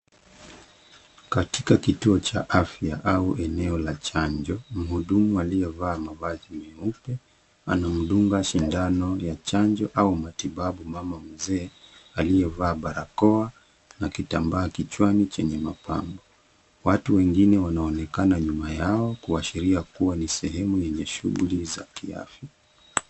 Katika kituo cha afya au eneo la chanjo mhudumu aliyevaa mavazi meupe anamdunga sindano ya chanjo au matibabu mama mzee, aliyevaa barakoa na kitambaa kichwani chenye mapambo. Watu wengine wanaonekana nyuma yao, kuashiria kuwa ni sehemu yenye shughuli za kiafya.